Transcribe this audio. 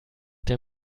der